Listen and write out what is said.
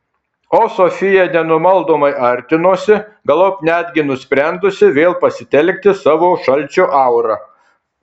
o sofija nenumaldomai artinosi galop netgi nusprendusi vėl pasitelkti savo šalčio aurą